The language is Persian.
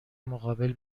مقابل